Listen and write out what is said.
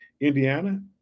indiana